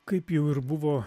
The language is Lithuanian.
kaip jau ir buvo